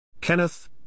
Kenneth